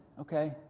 okay